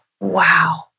wow